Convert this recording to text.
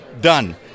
done